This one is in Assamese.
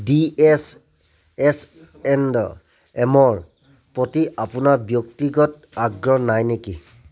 D S S and M ৰ প্ৰতি আপোনাৰ ব্যক্তিগত আগ্ৰহ নাই নেকি